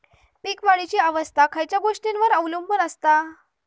पीक वाढीची अवस्था खयच्या गोष्टींवर अवलंबून असता?